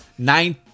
nine